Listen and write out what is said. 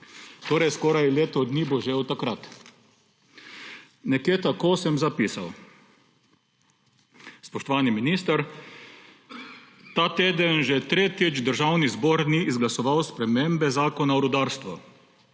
torej skoraj leto dni bo že od takrat. Nekje takole sem zapisal. Spoštovani minister, ta teden že tretjič Državni zbor ni izglasoval spremembe Zakona o rudarstvu,